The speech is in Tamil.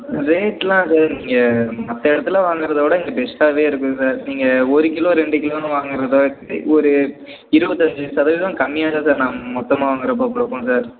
ரேட்டெலாம் சார் இங்கே மற்ற இடத்துல வாங்குகிறத விட இங்கே பெஸ்ட்டாகவே இருக்கும் சார் நீங்கள் ஒரு கிலோ ரெண்டு கிலோன்னு வாங்குகிறத ஒரு இருபத்தஞ்சு சதவீதம் கம்மியாக தான் சார் நாங்கள் மொத்தமாக வாங்குகிறப்போ கொடுப்போம் சார்